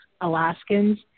Alaskans